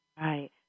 Right